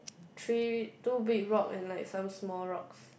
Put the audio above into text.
three two big rock and like some small rocks